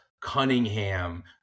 Cunningham